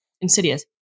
Insidious